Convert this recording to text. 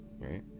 right